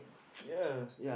ya